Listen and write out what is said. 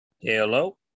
Hello